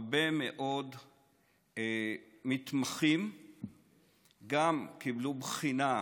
הרבה מאוד מתמחים ניגשו לבחינה,